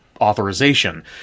authorization